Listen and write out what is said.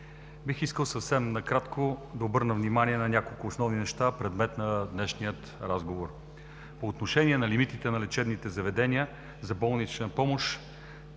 Бих искал съвсем накратко да обърна внимание на няколко основни неща, предмет на днешния разговор. По отношение на лимитите на лечебните заведения за болнична помощ